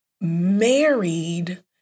married